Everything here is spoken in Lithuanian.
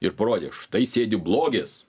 ir parodė štai sėdi blogis